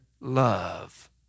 love